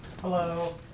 Hello